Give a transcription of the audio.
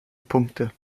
punkte